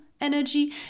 energy